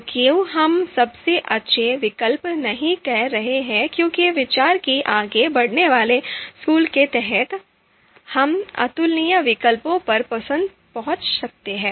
तो क्यों हम सबसे अच्छा विकल्प नहीं कह रहे हैं क्योंकि विचार के आगे बढ़ने वाले स्कूल के तहत हम अतुलनीय विकल्पों पर पहुंच सकते हैं